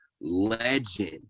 legend